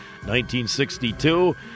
1962